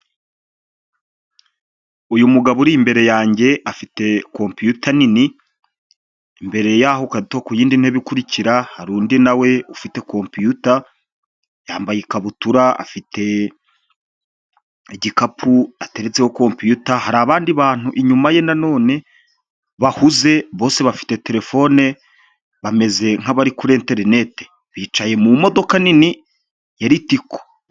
Uyu mugabo uri imbere yanjye afite kompiyuta nini mbere yaho kato ku yindi ntebe ikurikira hari undi nawe ufite compiyuta yambaye ikabutura afite igikapu ateretseho komputer hari abandi bantu inyuma ye nanone bahuze bose bafite telefone bameze nkabari kuri interinete bicaye mu modoka nini ya litiko.